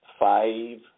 five